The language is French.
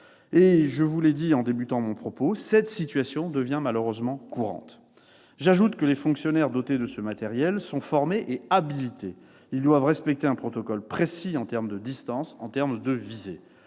je vous l'ai dit en débutant mon propos, cette situation devient malheureusement courante. J'ajoute que les fonctionnaires dotés de ce matériel sont formés et habilités. Ils doivent respecter un protocole précis, en termes de distance et de visée.